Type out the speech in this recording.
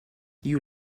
you